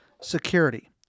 Security